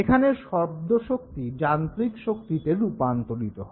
এখানে শব্দশক্তি যান্ত্রিক শক্তিতে রূপান্তরিত হয়